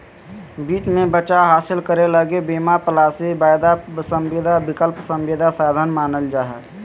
वित्त मे बचाव हासिल करे लगी बीमा पालिसी, वायदा संविदा, विकल्प संविदा साधन मानल जा हय